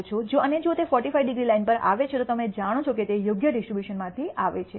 અને જો તે 45 ડિગ્રી લાઇન પર આવે છે તો તમે જાણો છો કે તે યોગ્ય ડિસ્ટ્રીબ્યુશનમાંથી આવે છે